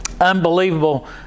Unbelievable